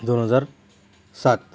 दोन हजार सात